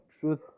truth